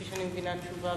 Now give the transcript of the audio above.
כפי שאני מבינה, תשובה